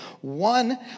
one